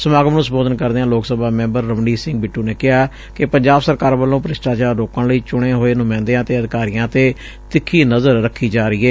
ਸਮਾਗਮ ਨੂੰ ਸੰਬੋਧਨ ਕਰਦਿਆਂ ਲੋਕ ਸਭਾ ਸੈਂਬਰ ਰਵਨੀਤ ਸਿੰਘ ਬਿੱਟ ਨੇ ਕਿਹਾ ਕਿ ਪੰਜਾਬ ਸਰਕਾਰ ਵੱਲੋਂ ਭ੍ਸਿਸਟਾਚਾਰ ਰੋਕਣ ਲਈ ਚੁਣੇ ਹੋਏ ਨੁਮਾਇਦਿਆਂ ਅਤੇ ਅਧਿਕਾਰੀਆਂ ਤੇ ਤਿੱਖੀ ਨਜ਼ਰ ਰੱਖੀ ਜਾ ਰਹੀ ਏ